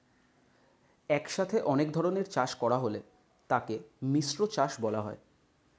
একসাথে অনেক ধরনের চাষ করা হলে তাকে মিশ্র চাষ বলা হয়